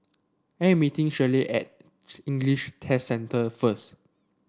I'm meeting Shellie at English Test Centre first